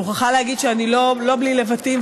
אני מוכרחה להגיד שאני לא בלי לבטים,